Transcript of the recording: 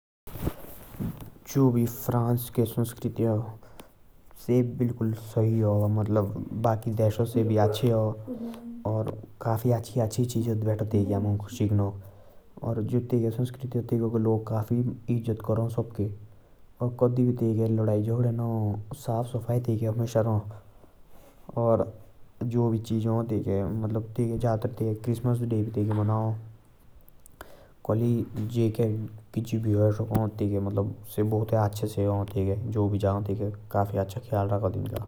जो फ्रांस के संस्कृति आ से काफ़ी अच्छा आ। काफ़ी अच्छा अच्छा चीज़ा भेटा शीकनाक अमुक तैके। तैकेके लोग काफ़ी इज़त करा सबके।